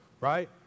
right